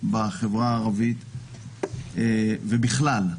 בחברה הערבית, ובכלל,